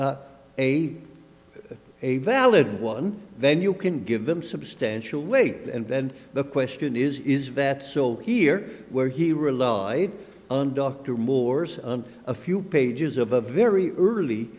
is a a valid one then you can give him substantial weight and then the question is is vet so here where he relied on dr morse on a few pages of a very early